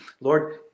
Lord